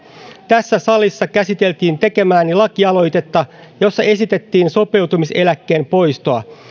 tässä salissa käsiteltiin tekemääni lakialoitetta jossa esitettiin sopeutumiseläkkeen poistoa